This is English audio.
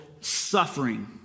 suffering